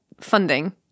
funding